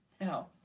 Now